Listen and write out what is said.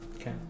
Okay